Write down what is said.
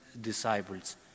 disciples